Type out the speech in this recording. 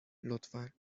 لطفا